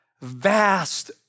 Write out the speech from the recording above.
Vast